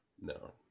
No